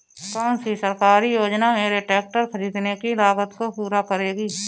कौन सी सरकारी योजना मेरे ट्रैक्टर ख़रीदने की लागत को पूरा करेगी?